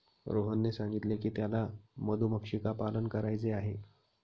रोहनने सांगितले की त्याला मधुमक्षिका पालन करायचे आहे